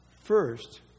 first